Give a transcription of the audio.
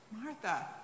Martha